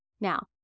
Now